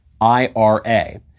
IRA